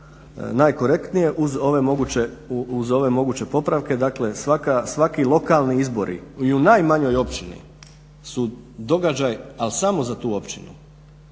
najkorektnije uz ove moguće popravke. Dakle, svaki lokalni izbori i u najmanjoj općini su događaj ali samo za tu općinu.